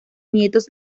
nietos